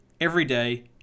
everyday